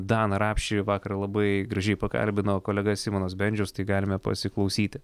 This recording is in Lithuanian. daną rapšį vakar labai gražiai pakalbino kolega simonas bendžius tai galime pasiklausyti